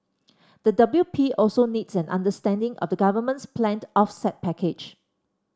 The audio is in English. the W P also needs an understanding of the government's planned offset package